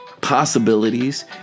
possibilities